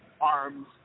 arms